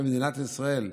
במדינת ישראל,